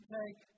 take